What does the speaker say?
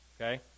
Okay